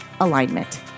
alignment